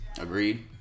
Agreed